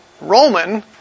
Roman